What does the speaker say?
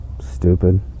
Stupid